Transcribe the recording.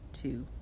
two